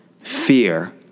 fear